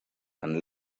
and